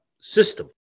system